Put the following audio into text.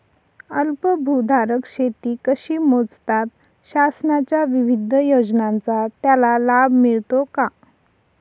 अल्पभूधारक शेती कशी मोजतात? शासनाच्या विविध योजनांचा त्याला लाभ मिळतो का?